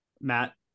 Matt